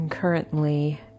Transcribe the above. currently